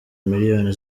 miliyoni